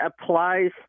applies